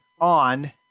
on